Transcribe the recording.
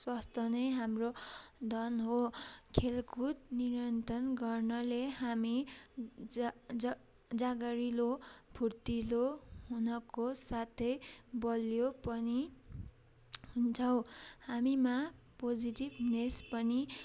स्वास्थ्य नै हाम्रो धन हो खेलकुद निरन्तर गर्नाले हामी जा जा जाँगरिलो फुर्तिलो हुनको साथै बलियो पनि हुन्छौँ हामीमा पोजिटिभनेस पनि